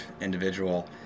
individual